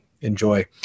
enjoy